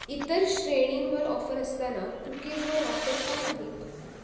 इतर श्रेणींवर ऑफर असताना कुकीजवर ऑफर का नाहीत